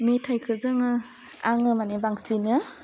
मेथाइखो जोङो आङो माने बांसिनो